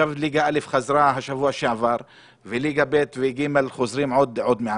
ליגה א' חזרה בשבוע שעבר וליגה ב' ו-ג' חוזרות עוד מעט.